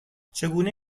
چگونه